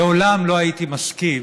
לעולם לא הייתי מסכים